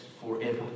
forever